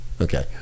Okay